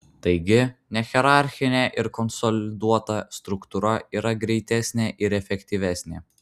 taigi nehierarchinė ir konsoliduota struktūra yra greitesnė ir efektyvesnė